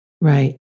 right